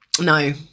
No